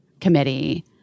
Committee